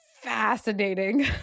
fascinating